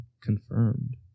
confirmed